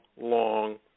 long